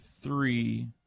three